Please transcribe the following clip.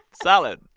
solid.